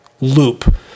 loop